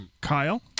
Kyle